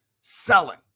selling